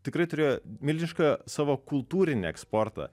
tikrai turėjo milžinišką savo kultūrinį eksportą